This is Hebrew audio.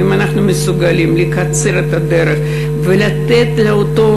אם אנחנו מסוגלים לקצר את הדרך ולתת לאותו